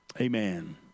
Amen